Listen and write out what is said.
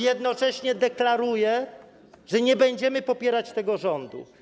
Jednocześnie deklaruję, że nie będziemy popierać tego rządu.